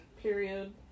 period